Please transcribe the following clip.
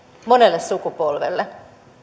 monelle sukupolvelle